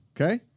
okay